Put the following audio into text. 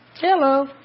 Hello